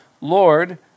Lord